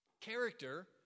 Character